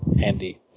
handy